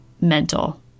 mental